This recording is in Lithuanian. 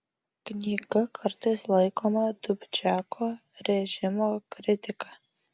knyga kartais laikoma dubčeko režimo kritika